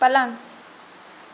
पलङ्ग